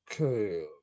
Okay